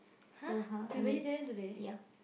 so how I m~ yup